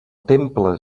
temple